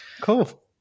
Cool